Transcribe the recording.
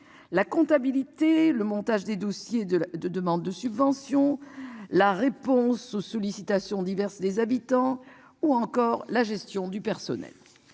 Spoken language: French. la comptabilité, le montage des dossiers de de demandes de subventions. La réponse aux sollicitations diverses des habitants ou encore la gestion du personnel.